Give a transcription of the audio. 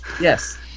yes